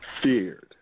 feared